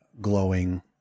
glowing